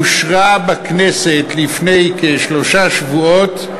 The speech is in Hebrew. אושרה בכנסת לפני כשלושה שבועות,